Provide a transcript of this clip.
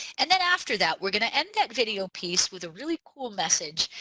and then after that we're gonna end that video piece with a really cool message.